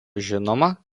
žinoma